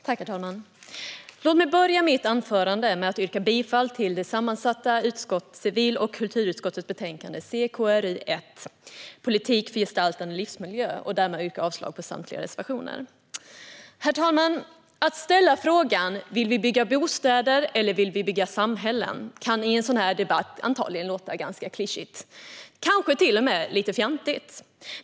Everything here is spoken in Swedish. Herr talman! Låt mig börja mitt anförande med att yrka bifall till förslaget till beslut i det sammansatta civil och kulturutskottets betänkande CKrU1 Politik för gestaltad livsmiljö och därmed avslag på samtliga reservationer. Herr talman! Att ställa frågan om vi vill bygga bostäder eller bygga samhällen kan i en sådan här debatt antagligen låta ganska klyschigt, kanske till och med lite fjantigt.